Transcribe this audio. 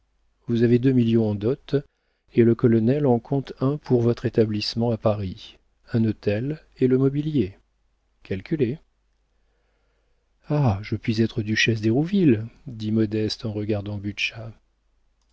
vous avez deux millions en dot et le colonel en compte un pour votre établissement à paris un hôtel et le mobilier calculez ah je puis être duchesse d'hérouville dit modeste en regardant